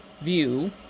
view